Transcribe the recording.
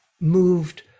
moved